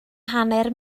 hanner